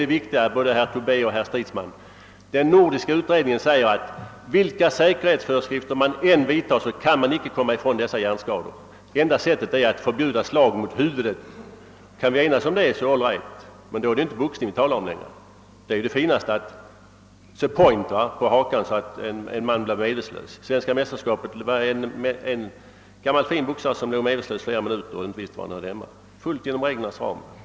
Dessutom — och det är det viktiga, herr Tobé och herr Stridsman — den nordiska utredningen säger att vilka säkerhetsföreskrifter man än vidtar, kan man inte komma ifrån dessa hjärnskador. Enda sättet är att förbjuda slag mot huvudet. Kan vi enas om det, så är det all right. Men då är det ju inte längre fråga om boxning. Det finaste i boxningen är slaget på »the point», mot hakspetsen, så att motståndaren blir medvetslös. Vid svenska mästerskapen var det en erkänt fin boxare som låg medvetslös i flera minuter och inte visste var han befann sig — allt förlöpte inom reglernas ram.